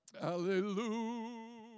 Hallelujah